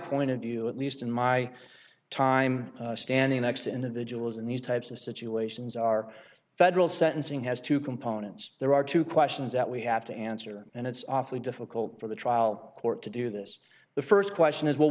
point of view at least in my time standing next to individuals in these types of situations our federal sentencing has two components there are two questions that we have to answer and it's awfully difficult for the trial court to do this the first question is w